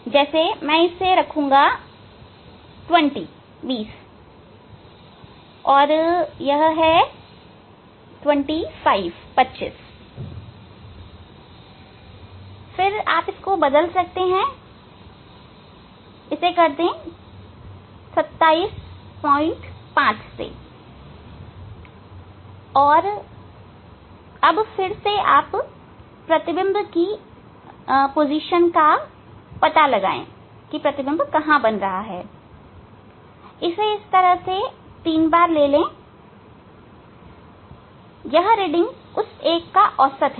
जैसे मैं इसे रखूंगा 20 जैसे यह 25 है फिर आप इसको बदल सकते हैं 275 से और फिर से प्रतिबिंब की स्थिति का पता लगाएं और इसे 3 बार लें यह रीडिंग उस एक का औसत है